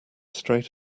straight